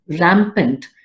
rampant